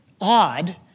odd